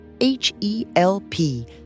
H-E-L-P